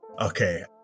Okay